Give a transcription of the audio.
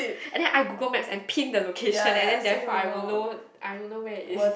and then I Google maps and pin the location and then therefore I will know I will know where it is